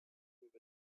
with